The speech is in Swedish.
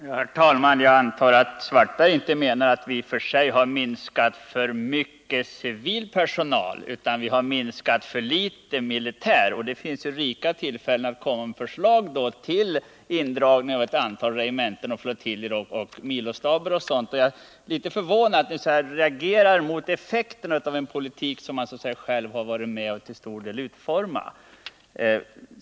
Herr talman! Jag antar att Karl-Erik Svartberg inte menar att vi minskat den civila personalen för mycket utan att vi har minskat den militära personalen för litet. Det finns då rika tillfällen att komma med förslag om indragning av ett antal regementen, flottiljer, milostaber och sådant. Jag är litet förvånad att man reagerar mot effekterna av en politik som man själv till stor del varit med om att utforma.